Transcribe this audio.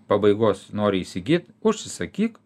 pabaigos nori įsigyt užsisakyk